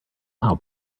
how